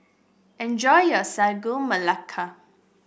enjoy your Sagu Melaka